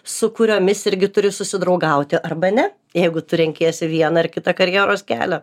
su kuriomis irgi turi susidraugauti arba ne jeigu tu renkiesi vieną ar kitą karjeros kelią